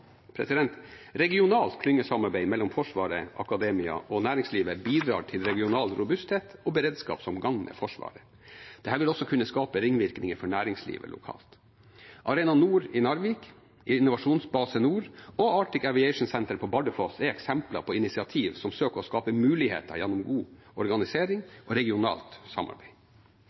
Regionalt klyngesamarbeid mellom Forsvaret, akademia og næringslivet bidrar til regional robusthet og beredskap som gagner Forsvaret. Dette vil også kunne skape ringvirkninger for næringslivet lokalt. Arena Nord i Narvik, Innovasjonsbase Nord og Arctic Aviation Center på Bardufoss er eksempler på initiativ som søker å skape muligheter gjennom god organisering og regionalt samarbeid.